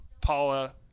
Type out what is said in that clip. Paula